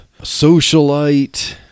socialite